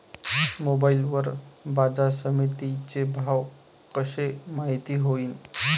Mobile वर बाजारसमिती चे भाव कशे माईत होईन?